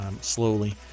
slowly